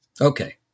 Okay